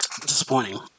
disappointing